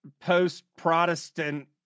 post-Protestant